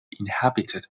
inhabited